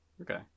Okay